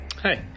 Hi